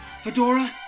Fedora